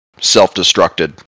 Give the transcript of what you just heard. self-destructed